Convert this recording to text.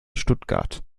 stuttgart